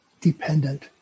dependent